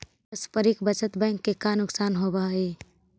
पारस्परिक बचत बैंक के का नुकसान होवऽ हइ?